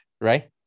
right